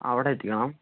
അവിടെ എത്തിക്കണം